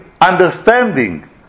understanding